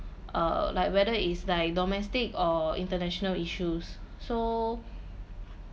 uh like whether it's like domestic or international issues so